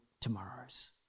tomorrows